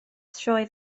sioe